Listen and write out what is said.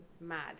mad